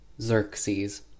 Xerxes